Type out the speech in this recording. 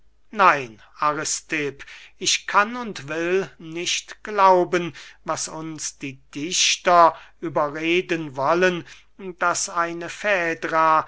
nein aristipp ich kann und will nicht glauben was uns die dichter überreden wollen daß eine